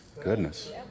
goodness